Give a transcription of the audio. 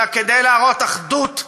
אלא כדי להראות אחדות,